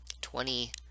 Twenty